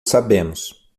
sabemos